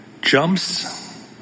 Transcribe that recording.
jumps